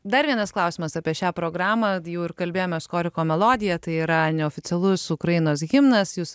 dar vienas klausimas apie šią programą jau ir kalbėjomės skoriko melodiją tai yra neoficialus ukrainos himnas jūs